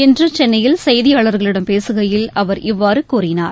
இன்று சென்னையில் செய்தியாளர்களிடம் பேசுகையில் அவர் இவ்வாறு கூறினார்